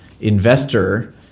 investor